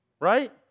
Right